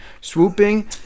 Swooping